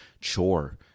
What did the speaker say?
chore